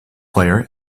player